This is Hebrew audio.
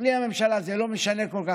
בלי הממשלה, זה לא משנה כל כך.